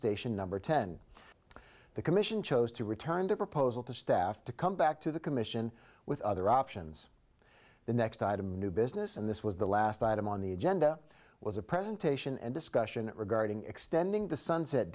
station number ten the commission chose to return the proposal to staff to come back to the commission with other options the next item new business and this was the last item on the agenda was a presentation and discussion regarding extending the sunset